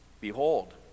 Behold